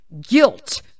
guilt